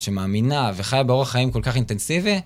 שמאמינה וחיה באורח חיים כל כך אינטנסיבי?